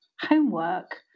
homework